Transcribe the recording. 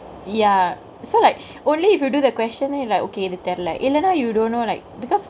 ya so like only if you do the question then you like okay இது தெர்ல இல்லனா:ithu terle illenaa you don't know like because